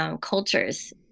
cultures